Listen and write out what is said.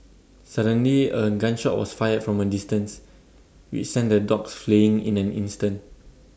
suddenly A gun shot was fired from A distance which sent the dogs fleeing in an instant